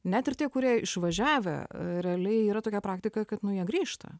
net ir tie kurie išvažiavę realiai yra tokia praktika kad nu jie grįžta